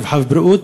הרווחה והבריאות,